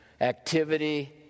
activity